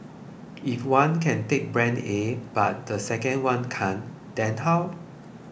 if one can take brand A but the second one cannot then how